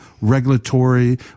regulatory